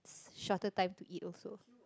shorter time to eat also